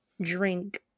drink